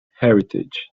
heritage